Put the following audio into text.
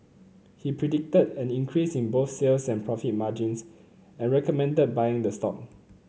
he predicted an increase in both sales and profit margins and recommended buying the stock